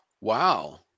Wow